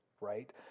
Right